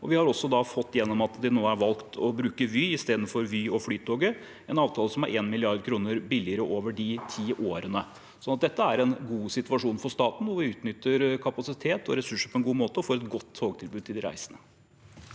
vi har også fått igjennom at det nå er valgt å bruke Vy istedenfor Vy og Flytoget, en avtale som er 1 mrd. kr billigere over de ti årene. Så dette er en god situasjon for staten, og vi utnytter kapasitet og ressurser på en god måte og får et godt togtilbud til de reisende.